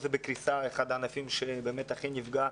בקריסה והוא אחד הענפים שהכי נפגע.